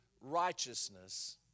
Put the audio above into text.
righteousness